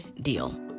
deal